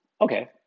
okay